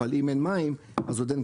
אבל אם אין מים אז עוד אין כלום,